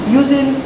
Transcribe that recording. using